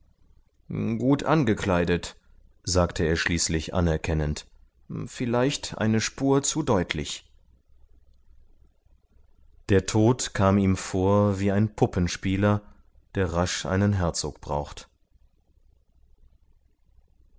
gut angekleidet sagte er schließlich anerkennend vielleicht eine spur zu deutlich der tod kam ihm vor wie ein puppenspieler der rasch einen herzog braucht